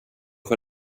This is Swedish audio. för